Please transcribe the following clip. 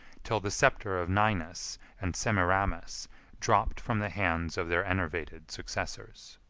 till the sceptre of ninus and semiramis dropped from the hands of their enervated successors.